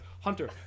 Hunter